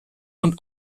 und